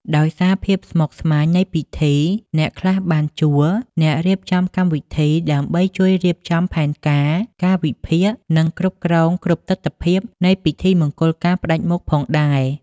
ដោយសារភាពស្មុគស្មាញនៃពិធី អ្នកខ្លះបានជួល អ្នករៀបចំកម្មវិធីដើម្បីជួយរៀបចំផែនការ កាលវិភាគ និងគ្រប់គ្រងគ្រប់ទិដ្ឋភាពនៃពិធីមង្គលការផ្តាច់មុខផងដែរ ។